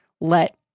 let